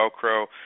velcro